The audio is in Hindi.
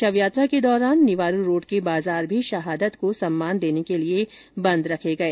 शव यात्रा के दौरान निवारु रोड के बाजार भी शहादत को सम्मान देने के लिए बंद रखे गए